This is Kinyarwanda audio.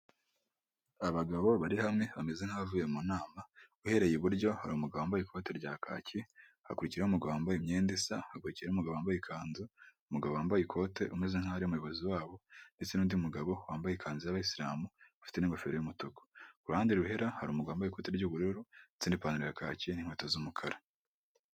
Abagabo bari hamwe bameze nk'abavuye mu nama, uhereye iburyo hari umugabo wambaye ikote rya kaki, hakurikikiraho umugabo wambaye imyenda isa, hagokira umugabo wambaye ikanzu, umugabo wambaye ikote umeze nk'aho ari umuyobozi wabo, ndetse n'undi mugabo wambaye ikanzu y'abayisiramu bafite n'ingofero y'umutuku, ku ruhande ruhera hari umugabo wambaye ikoti ry'ubururu ndetse n'ipantaro ya kaki n'inkweto z'umukara.